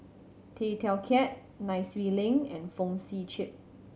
Tay Teow Kiat Nai Swee Leng and Fong Sip Chee